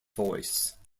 voice